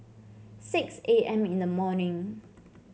six A M in the morning